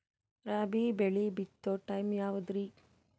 ರಾಬಿ ಬೆಳಿ ಬಿತ್ತೋ ಟೈಮ್ ಯಾವದ್ರಿ?